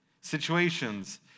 situations